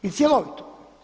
I cjelovito.